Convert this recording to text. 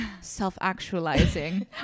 self-actualizing